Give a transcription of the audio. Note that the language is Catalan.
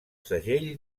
segell